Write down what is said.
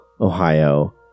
Ohio